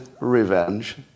Revenge